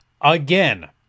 again